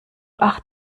acht